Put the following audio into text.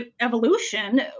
evolution